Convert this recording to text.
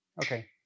Okay